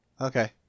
okay